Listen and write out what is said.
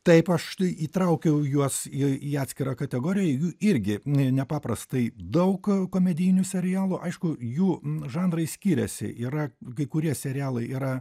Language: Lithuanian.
taip aš įtraukiau juos į į atskirą kategoriją jų irgi nepaprastai daug komedijinių serialų aišku jų žanrai skiriasi yra kai kurie serialai yra